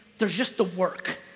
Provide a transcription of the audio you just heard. there's just the work.